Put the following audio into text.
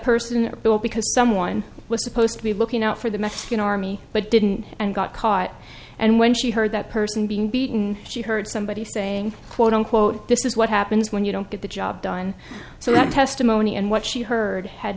person because someone was supposed to be looking out for the meskin army but didn't and got caught and when she heard that person being beaten she heard somebody saying quote unquote this is what happens when you don't get the job done so that testimony and what she heard had